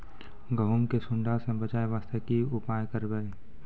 गहूम के सुंडा से बचाई वास्ते की उपाय करबै?